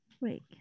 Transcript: Wait